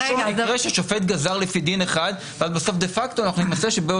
קורה ששופט גזר לפי דין אחד ובסוף דה פקטו אנחנו --- סליחה,